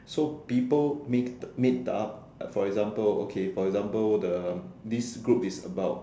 so people meet meet up for example okay for example the this group is about